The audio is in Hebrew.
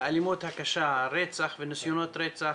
האלימות הקשה, רצח וניסיונות רצח,